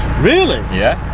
really? yeah.